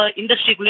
industry